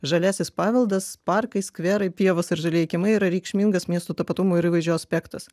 žaliasis paveldas parkai skverai pievos ir žalieji kiemai yra reikšmingas miesto tapatumo ir įvaizdžio aspektas